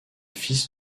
fils